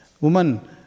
woman